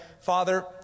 Father